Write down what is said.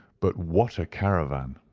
but what a caravan!